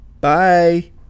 Bye